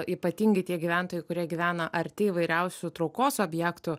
ypatingai tie gyventojai kurie gyvena arti įvairiausių traukos objektų